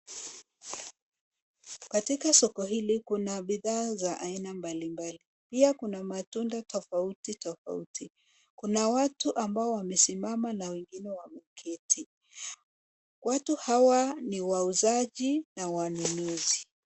Katika soko hili, kuna bidhaa za aina mbalimbali. Pia kuna matunda tofauti tofauti. Kuna watu ambao wamesimama na wengine wameketi. Watu hawa ni wauzaji na wanunuzi.